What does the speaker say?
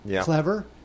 Clever